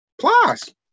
Plus